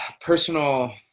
personal